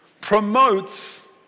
promotes